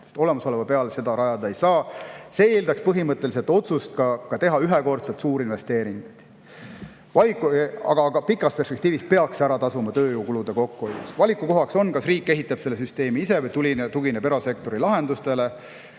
olemasoleva peale seda rajada ei saa. See eeldab põhimõtteliselt otsust teha ühekordselt suur investeering, aga pikas perspektiivis peaks see ära tasuma tööjõukulude kokkuhoiuna. Valikukohaks on, kas riik ehitab selle süsteemi ise või tugineb erasektori lahendustele.